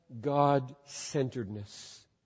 God-centeredness